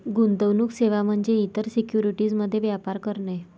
गुंतवणूक सेवा म्हणजे इतर सिक्युरिटीज मध्ये व्यापार करणे